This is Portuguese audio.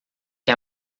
que